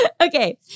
Okay